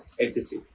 entity